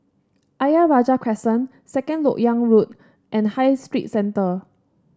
Ayer Rajah Crescent Second LoK Yang Road and High Street Centre